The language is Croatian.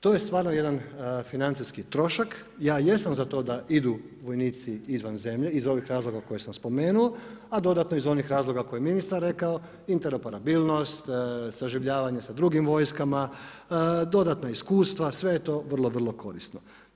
To je stvarno jedan financijski trošak, ja jesam za to da idu vojnici izvan zemlje, iz ovih razloga koje sam spomenuo, a dodatno iz onih razloga koje je ministar rekao, interoperabilnost saživljavanje sa drugim vojskama, dodatna iskustva, sve je to vrlo, vrlo korisno.